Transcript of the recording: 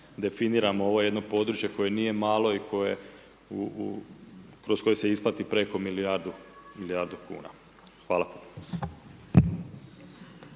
definiramo ovo jedno područje koje nije malo i koje kroz koje se isplati preko milijardu kuna. Hvala.